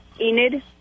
Enid